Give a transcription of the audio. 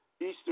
Eastern